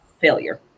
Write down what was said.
failure